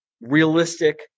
realistic